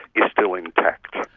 is still intact.